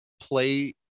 play